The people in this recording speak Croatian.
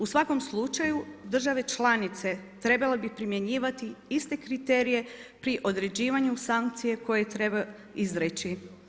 U svakom slučaju države članice trebale bi primjenjivati iste kriterije pri određivanju sankcije koje trebaju izreći.